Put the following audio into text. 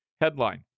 Headline